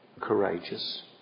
courageous